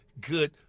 good